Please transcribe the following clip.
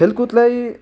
खेलकुदलाई